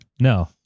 No